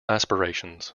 aspirations